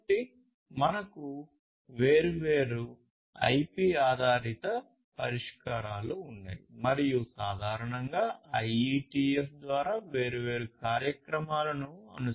కాబట్టి మనకు వేర్వేరు IP ఆధారిత పరిష్కారాలు ఉన్నాయి మరియు సాధారణంగా IETF ద్వారా వేర్వేరు కార్యక్రమాలను అనుసరిస్తాయి